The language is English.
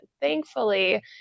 thankfully